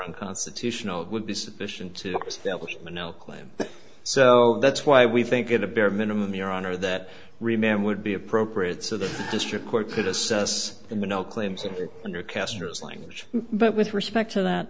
unconstitutional would be sufficient to establish a no claim so that's why we think it a bare minimum your honor that remained would be appropriate so the district court could assess the no claims of it under castors language but with respect to that